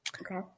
Okay